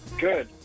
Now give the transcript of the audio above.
Good